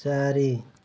ଚାରି